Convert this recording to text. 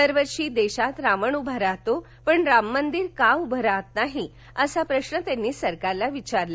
दरवर्षी देशात रावण उभा राहतो पण राम मंदिर का उभे राहत नाही असा प्रश्व त्यांनी सरकारला विचारला